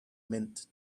mint